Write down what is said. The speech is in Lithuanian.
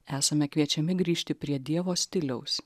esame kviečiami grįžti prie dievo stiliaus